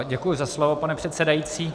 Děkuji za slovo, pane předsedající.